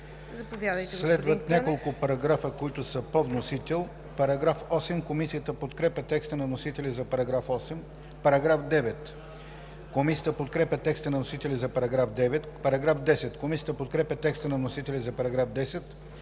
Следват няколко параграфа, които са по вносител.